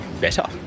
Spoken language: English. better